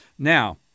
Now